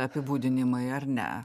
apibūdinimai ar ne